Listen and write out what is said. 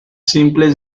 simples